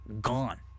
Gone